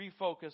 refocus